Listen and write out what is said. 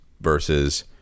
versus